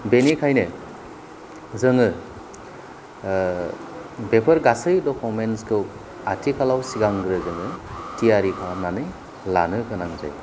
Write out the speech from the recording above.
बेनिखायनो जोङो बेफोर गासै डकुमेन्स खौ आथिखालाव सिगांग्रो जोङो थियारि खालामनानै लानो गोनां जायो